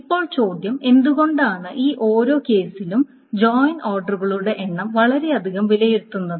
ഇപ്പോൾ ചോദ്യം എന്തുകൊണ്ടാണ് ഈ ഓരോ കേസിലും ജോയിൻ ഓർഡറുകളുടെ എണ്ണം വളരെയധികം വിലയിരുത്തുന്നത്